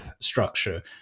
structure